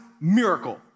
Miracle